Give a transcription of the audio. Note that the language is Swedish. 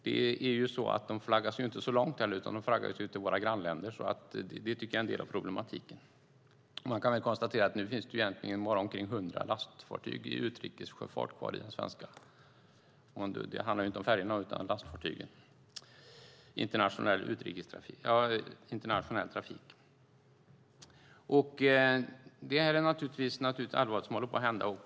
De flaggas ju inte så långt heller, utan de flaggas till våra grannländer. Det tycker jag är en del av problematiken. Nu finns det egentligen bara omkring 100 lastfartyg i utrikessjöfart kvar i den svenska delen. Det handlar inte om färjorna utan om lastfartygen i internationell trafik. Det är naturligtvis något allvarligt som håller på att hända.